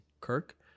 kirk